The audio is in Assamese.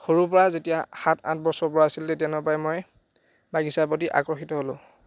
সৰুৰ পৰা যেতিয়া সাত আঠ বছৰৰ পৰা আছিল তেতিয়াৰ পৰাই মই বাগিছাৰ প্ৰতি আকৰ্ষিত হ'লোঁ